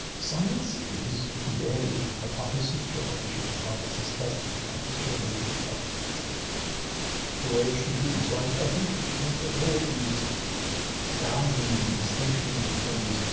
science is, today, hypothesis generation, hypothesis testing, hypothesis generation, hypothesis testing. it's the way it should be. so, i think i think all of these boundaries and distinctions and things,